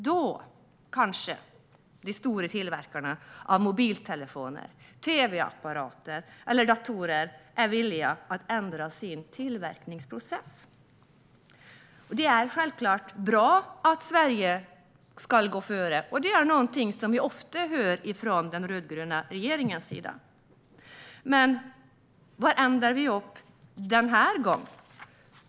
Då kanske de stora tillverkarna av mobiltelefoner, tv-apparater eller datorer är villiga att ändra sin tillverkningsprocess. Det är självklart bra att Sverige ska gå före, och det är någonting som vi ofta hör från den rödgröna regeringens sida att vi ska göra. Men var hamnar vi den här gången?